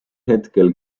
hetkel